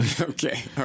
Okay